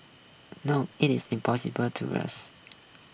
no it is impossible to rest